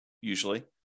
usually